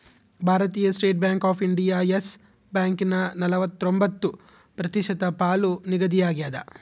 ಭಾರತೀಯ State Bank of India Yes ಬ್ಯಾಂಕನ ನಲವತ್ರೊಂಬತ್ತು ಪ್ರತಿಶತ ಪಾಲು ನಿಗದಿಯಾಗ್ಯದ